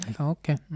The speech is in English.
Okay